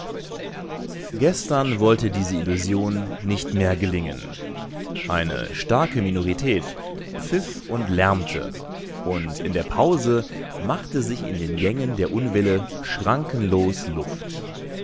gestern wollte diese illusion nicht mehr gelingen eine starke minorität pfiff und lärmte und in der pause machte sich in den gängen der unwille schrankenlos luft